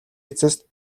эцэст